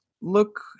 look